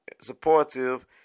supportive